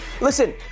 Listen